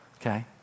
Okay